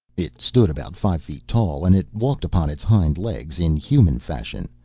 it stood about five feet tall, and it walked upon its hind legs in human fashion,